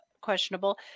questionable